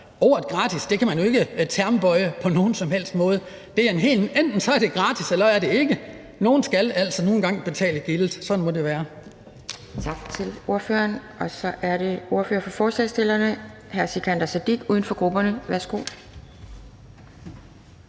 Ordet gratis kan man jo ikke gradbøje som term på nogen som helst måde. Enten er det gratis, eller også er det ikke. Nogen skal altså nu engang betale gildet. Sådan må det være.